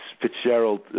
Fitzgerald